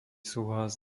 súhlas